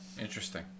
interesting